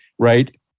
Right